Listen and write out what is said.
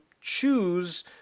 choose